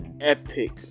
epic